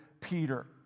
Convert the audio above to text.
Peter